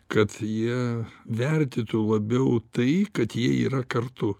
kad jie vertytų labiau tai kad jie yra kartu